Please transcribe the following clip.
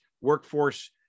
workforce